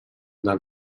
del